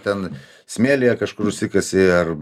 ten smėlyje kažkur užsikasi ar